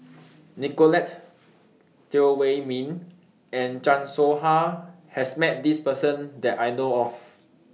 Nicolette Teo Wei Min and Chan Soh Ha has Met This Person that I know of